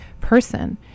person